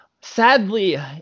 sadly